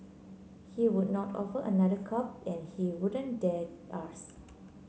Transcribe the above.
he would not offer another cup and he wouldn't dare ask